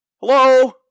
Hello